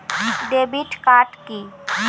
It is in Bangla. Debit card key?